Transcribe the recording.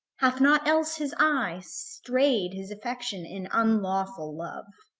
hath not else his eye stray'd his affection in unlawful love?